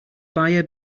buyer